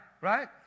right